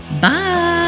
Bye